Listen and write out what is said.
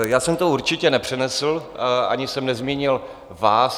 Já jsem to určitě nepřenesl ani jsem nezmínil vás.